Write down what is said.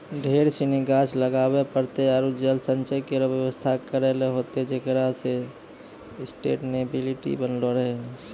ढेर सिनी गाछ लगाबे पड़तै आरु जल संचय केरो व्यवस्था करै ल होतै जेकरा सें सस्टेनेबिलिटी बनलो रहे